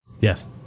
Yes